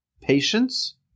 patience